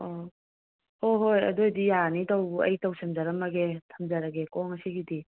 ꯑꯣ ꯍꯣꯏ ꯍꯣꯏ ꯑꯗꯨ ꯑꯣꯏꯗꯤ ꯌꯥꯔꯅꯤ ꯇꯧꯕ ꯑꯩ ꯇꯧꯁꯤꯟꯖꯔꯝꯃꯒꯦ ꯊꯝꯖꯔꯒꯦꯀꯣ ꯉꯁꯤꯒꯤꯗꯤ